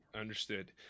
Understood